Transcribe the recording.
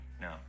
No